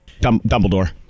Dumbledore